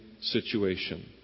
situation